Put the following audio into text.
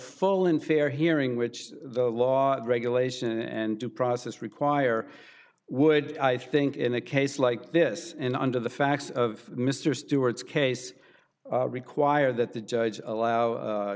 full and fair hearing which the law regulation and due process require would i think in a case like this and under the facts of mr stewart's case require that the judge allow